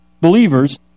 believers